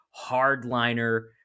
hardliner